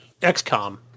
XCOM